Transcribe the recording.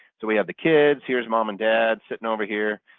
so we have the kids, here's mom and dad sitting over here.